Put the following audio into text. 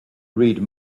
read